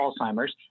Alzheimer's